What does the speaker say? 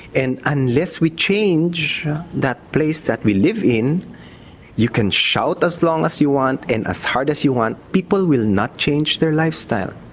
and unless we change that place that we live in you can shout as long as you want and as hard as you want, people will not change their lifestyle.